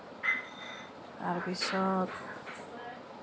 তাৰপিছত